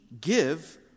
give